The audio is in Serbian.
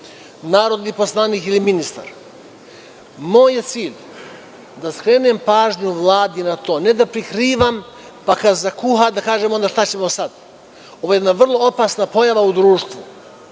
narodni poslanik ili ministar. Moj je cilj da skrenem pažnju Vladi na to, ne da prikrivam, pa kad se zakuva, da kažem, šta ćemo sada. Ovo je jedna vrla opasna pojava u društvu. Ne